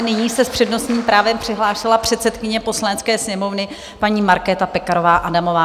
Nyní se s přednostním právem přihlásila předsedkyně Poslanecké sněmovny, paní Markéta Pekarová Adamová.